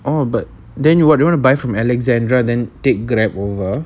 oh but then you what you wanna buy from alexandra than take grab over